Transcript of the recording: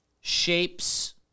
shapes